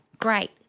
Great